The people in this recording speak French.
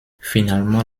finalement